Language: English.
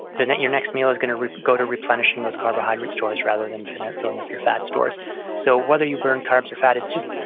then your next meal is going to go to replenishing those carbohydrate stores rather than filling up filling up your fat stores so whether you burn carbs or fat is just,